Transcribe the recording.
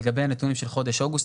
לגבי הנתונים של חודש אוגוסט,